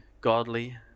godly